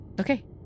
Okay